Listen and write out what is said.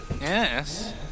Yes